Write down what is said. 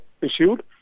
issued